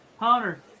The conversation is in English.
Hunter